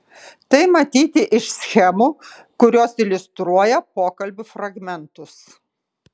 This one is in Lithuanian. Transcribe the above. tai matyti iš schemų kurios iliustruoja pokalbių fragmentus